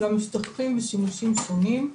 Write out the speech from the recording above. גם שטחים לשימושים שונים,